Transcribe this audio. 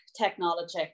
technology